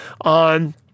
on